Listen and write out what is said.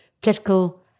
political